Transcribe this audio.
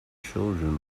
children